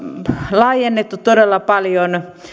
laajennettu todella paljon